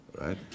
right